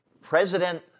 President